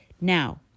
Now